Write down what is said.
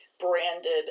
branded